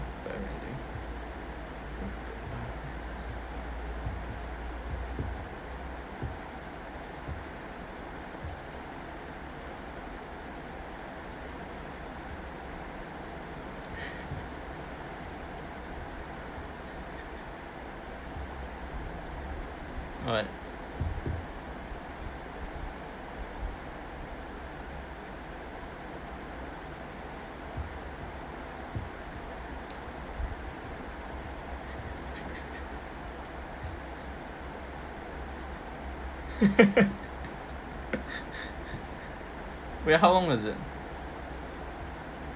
what am I eating all right wait how long was it